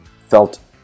felt